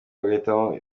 bagahitamo